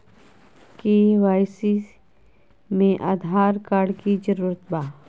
KYC में Aadhaar card के जरूरत बा?